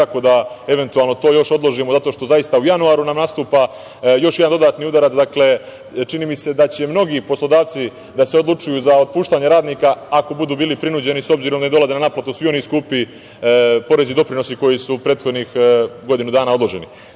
kako da eventualno to još odložimo zato što zaista u januaru nam nastupa još jedan dodatni udara. Dakle, čini mi se da će mnogi poslodavci da se odlučuju za otpuštanje radnika ako budu bili prinuđeni, s obzirom da im dolaze na naplatu svi oni skupi porezi i doprinosi koji su prethodnih godinu dana odloženi. Prema